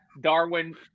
Darwin